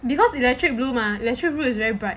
because electric blue ah electric blue is very bright